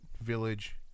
Village